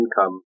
income